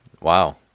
Wow